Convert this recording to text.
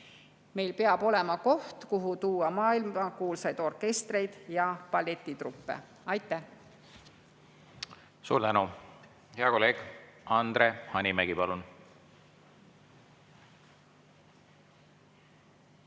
Meil peab olema koht, kuhu tuua maailmakuulsaid orkestreid ja balletitruppe. Suur tänu! Hea kolleeg Andre Hanimägi, palun!